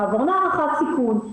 תעבורנה הערכת סיכון,